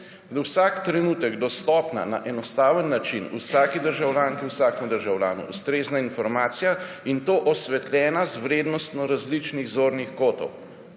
vsak trenutek dostopna na enostaven način vsaki državljanki, vsakemu državljanu ustrezna informacija, in to osvetljena z vrednostno različnih zornih kotov.